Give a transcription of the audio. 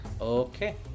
Okay